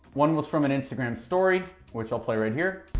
one was from an instagram story, which i'll play right here.